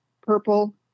purple